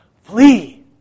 Flee